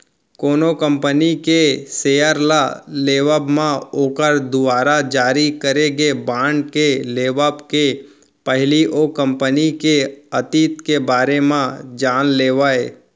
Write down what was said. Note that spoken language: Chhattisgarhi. कोनो कंपनी के सेयर ल लेवब म ओखर दुवारा जारी करे गे बांड के लेवब के पहिली ओ कंपनी के अतीत के बारे म जान लेवय